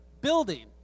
building